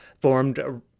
formed